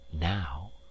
now